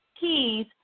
Keys